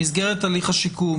במסגרת הליך השיקום,